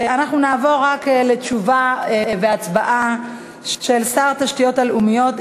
אנחנו נעבור רק לתשובה והצבעה של שר התשתיות הלאומיות,